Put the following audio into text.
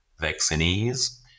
vaccinees